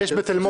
יש בתל מונד.